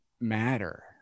matter